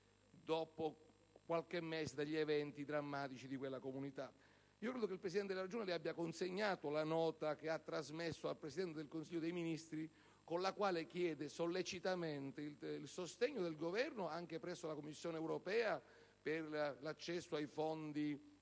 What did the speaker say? dopo i drammatici eventi che hanno colpito quella comunità. Credo che il presidente della Regione le abbia consegnato la nota che ha trasmesso al Presidente del Consiglio dei ministri, con la quale chiede sollecitamente il sostegno del Governo anche presso la Commissione europea per l'accesso ai fondi